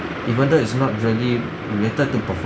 even though it's not really related to performing